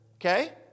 Okay